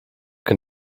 can